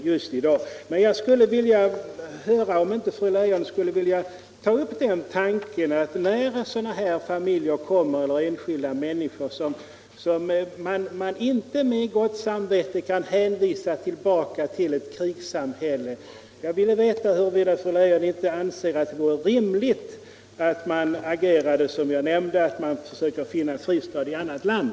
Jag skulle vilja veta om fru Letjon inte anser detv vara rimligt att, när det kommer hit familjer eller enskilda människor som vi inte med flyktingar undan inbördeskrig i hemlandet Om asvl för flyktingar undan inbördeskrig i hemlandet gott samvete kan visa tillbaka till eut krigssamhälle, agera så att vi försökte finna en fristad för dem i eu annat land.